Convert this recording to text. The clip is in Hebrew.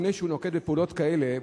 לפני שהוא נוקט פעולות כאלה,